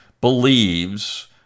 believes